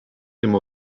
tym